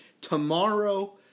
Tomorrow